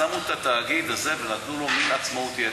שמו את התאגיד הזה ונתנו לו מין עצמאות-יתר,